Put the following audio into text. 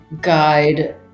guide